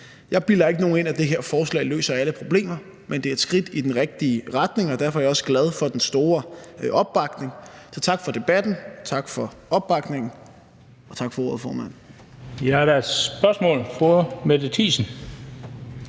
Jeg bilder ikke nogen ind, at det her forslag løser alle problemer, men det er et skridt i den rigtige retning, og derfor er jeg også glad for den store opbakning. Så tak for debatten, tak for opbakningen, og tak for ordet, formand. Kl. 19:10 Den fg. formand (Bent